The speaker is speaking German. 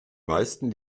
meisten